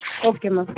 okay ma'am